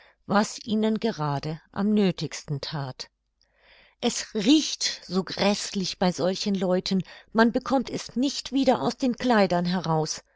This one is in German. was ihnen gerade am nöthigsten that es riecht so gräßlich bei solchen leuten man bekommt es nicht wieder aus den kleidern heraus